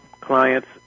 clients